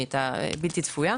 הייתה שנה בלתי צפויה.